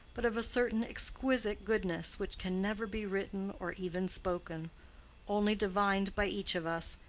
but of a certain exquisite goodness which can never be written or even spoken only divined by each of us,